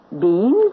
Beans